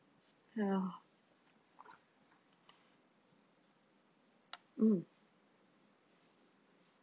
ya mm